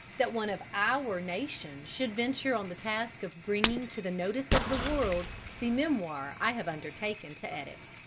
that one of our nation should venture on the task of bringing to the notice of the world the memoir i have undertaken to edit.